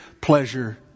pleasure